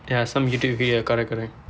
ya some youtube video correct correct